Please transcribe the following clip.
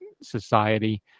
society